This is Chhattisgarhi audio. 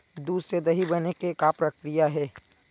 दूध से दही बने के का प्रक्रिया हे?